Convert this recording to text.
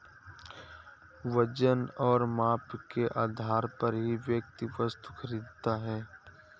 वजन और माप के आधार पर ही व्यक्ति वस्तु खरीदता है